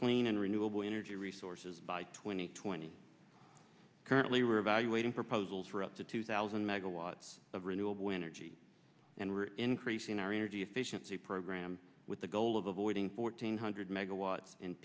clean and renewable energy resources by twenty twenty currently we're evaluating proposals for up to two thousand megawatts of renewable energy and we're increasing our energy efficiency program with the goal of avoiding fourteen hundred mega